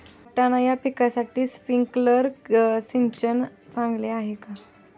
पावटा या पिकासाठी स्प्रिंकलर सिंचन चांगले आहे का?